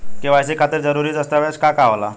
KYC खातिर जरूरी दस्तावेज का का होला?